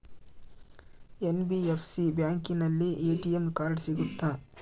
NBFC ಬ್ಯಾಂಕಿನಲ್ಲಿ ATM card ಸಿಗುತ್ತಾ?